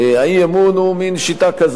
האי-אמון הוא מין שיטה כזאת,